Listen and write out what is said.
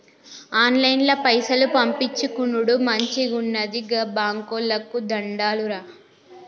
ఆన్లైన్ల పైసలు పంపిచ్చుకునుడు మంచిగున్నది, గా బాంకోళ్లకు దండాలురా